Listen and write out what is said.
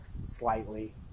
Slightly